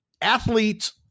athletes